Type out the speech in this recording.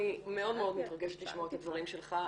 אני מאוד מאוד מתרגשת לשמוע את הדברים שלך,